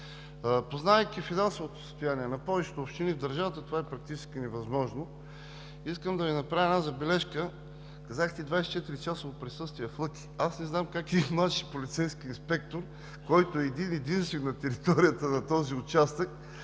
Познавайки финансовото състояние на повечето общини в държавата, това е практически невъзможно. Искам да Ви направя една забележка. Казахте „24-часово присъствие” в Лъки. Не знам как един младши полицейски инспектор, който е един-единствен на територията на този участък,